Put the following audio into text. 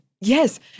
Yes